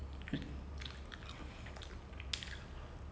but why bigger come out first then